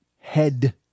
head